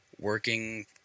working